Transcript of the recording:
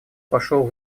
пошел